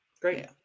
Great